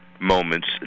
moments